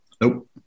Nope